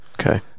Okay